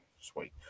Sweet